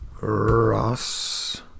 Ross